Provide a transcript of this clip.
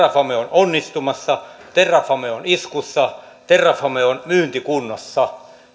onnistumassa terrafame on iskussa terrafame on myyntikunnossa